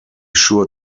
sure